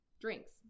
Drinks